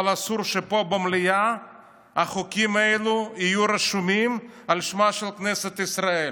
אבל אסור שפה במליאה החוקים האלה יהיו רשומים על שמה של כנסת ישראל.